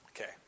Okay